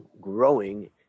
growing